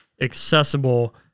accessible